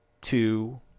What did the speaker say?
two